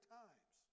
times